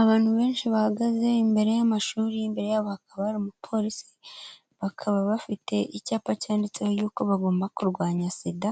Abantu benshi bahagaze imbere y'amashuri imbere yabo akaba hari umupolisi bakaba bafite icyapa cyanditseho y'uko bagomba kurwanya sida,